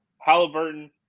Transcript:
Halliburton